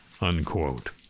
Unquote